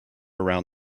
around